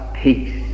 peace